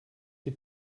die